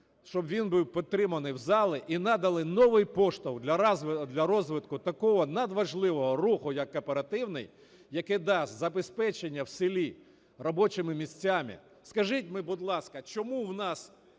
щоб він був підтриманий в залі. І надали новий поштовх для розвитку такого надважливого руху як кооперативний, який дасть забезпечення в селі робочими місцями. Скажіть мені, будь ласка, чому б у нас